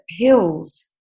pills